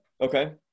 okay